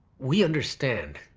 we understand.